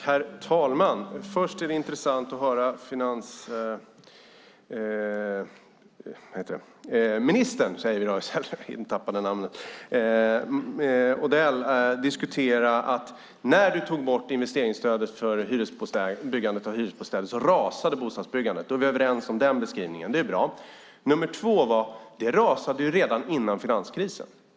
Herr talman! Först och främst är det intressant att höra finansmarknadsminister Odell diskutera att när investeringsstödet för byggandet av hyresbostäder togs bort rasade bostadsbyggandet. Då är vi överens om den beskrivningen. Det är bra. Men byggandet rasade redan innan finanskrisen.